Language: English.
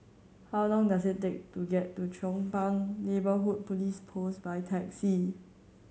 how long does it take to get to Chong Pang Neighbourhood Police Post by taxi